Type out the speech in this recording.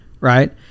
Right